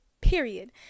Period